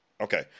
Okay